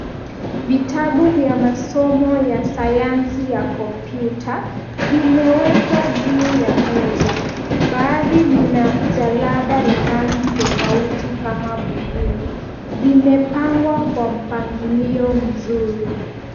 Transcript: Vitabu vya masomo ya sayansi ya kompyuta vimewekwa juu ya meza. Baadhi vina jalada la rangi tofauti kama buluu. Vimepangwa kwa mpangilio mzuri.